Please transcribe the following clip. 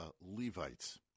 Levites